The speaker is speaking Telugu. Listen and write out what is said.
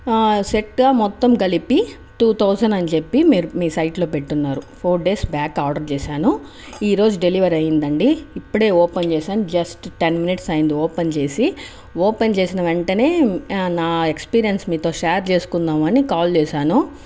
సెట్ మొత్తం కలిపి టు థౌజండ్ అని చెప్పి మీ సైట్లో పెట్టి ఉన్నారు ఫోర్ డేస్ బ్యాక్ ఆర్డర్ పెట్టాను ఈరోజు డెలివరీ అయింది అండి ఇప్పుడే ఓపెన్ చేశాను జస్ట్ టెన్ మినిట్స్ అయింది ఓపెన్ చేసి ఓపెన్ చేసిన వెంటనే నా ఎక్స్పీరియన్స్ మీతో షేర్ చేసుకుందాము అని కాల్ చేశాను